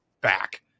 back